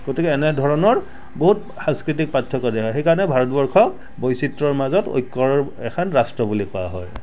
গতিকে এনেধৰণৰ বহুত সাংস্কৃতিক পাৰ্থক্য দেখা যায় সেইকাৰণে ভাৰতবৰ্ষ বৈচিত্ৰৰ মাজত ঐক্যৰ এখন ৰাষ্ট্ৰ বুলি কোৱা হয়